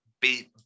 beat